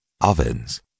ovens